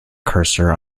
cursor